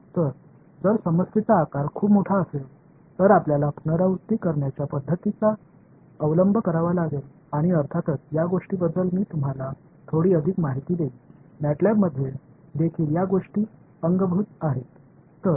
तर जर समस्येचा आकार खूप मोठा असेल तर आपल्याला पुनरावृत्ती करण्याच्या पद्धतींचा अवलंब करावा लागेल आणि अर्थातच या गोष्टींबद्दल मी तुम्हाला थोडी अधिक माहिती देईन मॅटलाबमध्ये देखील या गोष्टी अंगभूत आहेत